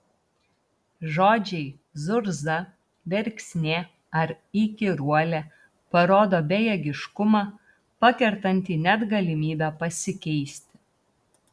žodžiai zurza verksnė ar įkyruolė parodo bejėgiškumą pakertantį net galimybę pasikeisti